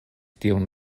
tiun